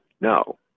no